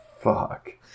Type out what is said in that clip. Fuck